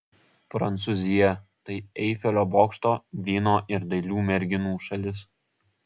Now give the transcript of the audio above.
prancūzija tai eifelio bokšto vyno ir dailių merginų šalis